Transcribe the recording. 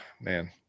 Man